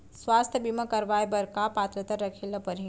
स्वास्थ्य बीमा करवाय बर का पात्रता रखे ल परही?